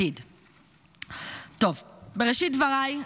בראשית דבריי,